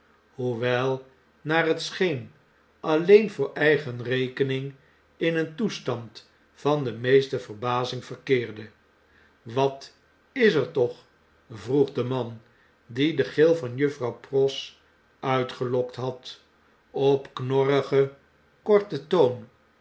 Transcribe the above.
hoewel naar het scheen alleen voor eigen rekening in een toestand van de meeste verbazingverkeerde wat is er toch vroeg de man die den gil van juffrouw pross uitgelokt had opknorrigen korten toon